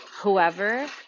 whoever